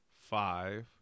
five